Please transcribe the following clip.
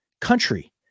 country